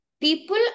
people